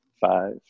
five